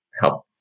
help